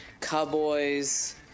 cowboys